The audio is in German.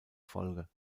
folge